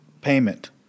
payment